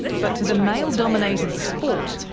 but to the male-dominated sport,